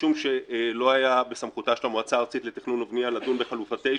משום שלא היה בסמכותה של המועצה הארצית לתכנון ובנייה לדון בחלופה 9,